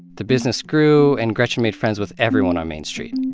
the business grew, and gretchen made friends with everyone on main street.